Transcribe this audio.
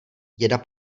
děda